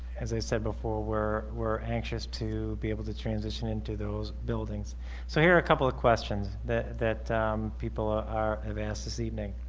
as i said before we're we're anxious to be able to transition into those buildings so here are a couple of questions that that people are are advanced this evening